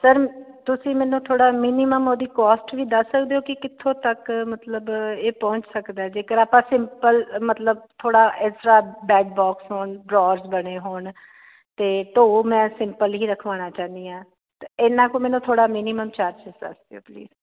sir ਤੁਸੀਂ ਮੈਨੂੰ ਥੋੜ੍ਹਾ ਮਿਨੀਮਮ ਉਹਦੀ ਕੋਸਟ ਵੀ ਦੱਸ ਸਕਦੇ ਹੋ ਕਿ ਕਿੱਥੋਂ ਤੱਕ ਮਤਲਬ ਇਹ ਪਹੁੰਚ ਸਕਦਾ ਜੇਕਰ ਆਪਾਂ ਸਿੰਪਲ ਮਤਲਬ ਥੋੜ੍ਹਾ ਇਸ ਤਰਾਂ ਬੈੱਡ ਬੋਕਸ ਹੋਮ ਡਰੋਜ ਬਣੇ ਹੋਣ ਅਤੇ ਢੋਅ ਮੈਂ ਸਿੰਪਲ ਹੀ ਰਖਵਾਉਣਾ ਚਾਹੁੰਦੀ ਆ ਅਤੇ ਇੰਨਾ ਕੁ ਥੋੜ੍ਹਾ ਮੈਨੂੰ ਮਿਨੀਮਮ ਚਾਰਜਿਸ ਦੱਸ ਦਿਓ ਪਲੀਜ਼